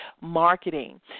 marketing